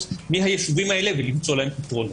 מי היישובים האלה ולמצוא להם פתרונות.